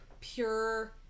pure